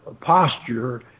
posture